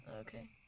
Okay